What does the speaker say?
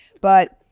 But-